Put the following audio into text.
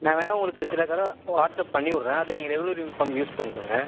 நான் வேணால் உங்களுக்கு சில கலர் வாட்ஸ்அப் பண்ணிவிட்றேன் அதை நீங்கள் ரெகுலர் யூனிஃபார்ம் யூஸ் பண்ணிக்கோங்கள்